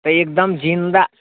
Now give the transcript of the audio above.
तऽ एकदम जिन्दा